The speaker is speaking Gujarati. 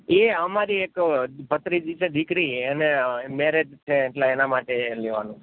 એ અમારી એક ભત્રીજી છે દીકરી એને મેરેજ છે એટલે એના માટે એ લેવાનું છે